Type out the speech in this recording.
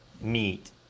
meet